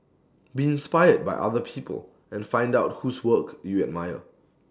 be inspired by other people and find out whose work you admire